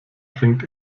trinkt